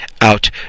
out